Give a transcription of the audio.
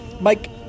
Mike